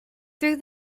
through